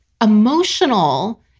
emotional